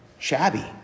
Shabby